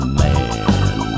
man